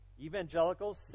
Evangelicals